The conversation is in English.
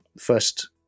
first